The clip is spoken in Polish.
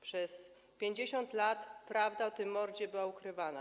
Przez 50 lat prawda o tym mordzie była ukrywana.